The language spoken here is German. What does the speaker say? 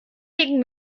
gegen